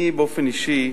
אני, באופן אישי,